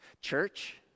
Church